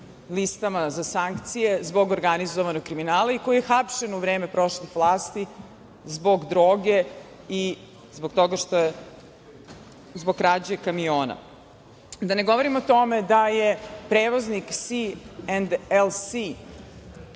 listama za sankcije zbog organizovanog kriminala i koji je hapšen u vreme prošlih vlasti zbog droge i zbog krađe kamiona. Da ne govorim o tome da je prevoznik C&LC,